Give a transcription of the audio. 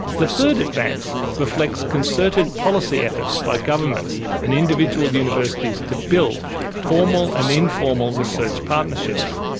the third advance reflects concerted policy efforts by governments and individual universities to build formal and informal research partnerships.